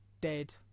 dead